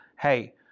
Hey